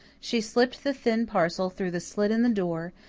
she slipped the thin parcel through the slit in the door,